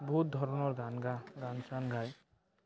হুত ধৰণৰ গান গা গান চান গায়